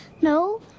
No